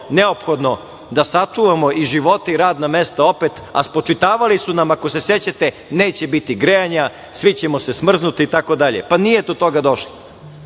da sačuvamo i živote i radna mesta, opet a spočitavali su nam, ako se sećate, neće biti grejanja, svi ćemo se smrznuti, itd i nije do toga došlo. Dakle,